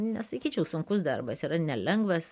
nesakyčiau sunkus darbas yra nelengvas